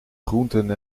groenten